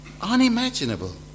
unimaginable